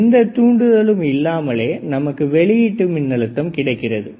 எந்தத் தூண்டுதலும் இல்லாமலே நமக்கு வெளியீட்டு மின்னழுத்தம் கிடைக்கிறது